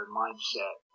mindset